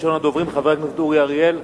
ראשון הדוברים, חבר הכנסת אורי אריאל,